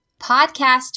Podcast